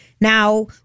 Now